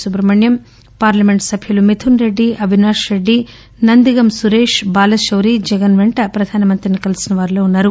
Subrahmanyam parliament సభ్యులు మిథున్ రెడ్డి అవినాష్ రెడ్డి నందిగం సురేష్ బాలశౌరి జగన్ పెంట ప్రధానిని కలిసిన వారిలో ఉన్నారు